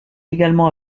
également